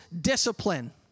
discipline